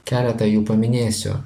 keletą jų paminėsiu